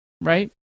right